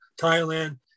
Thailand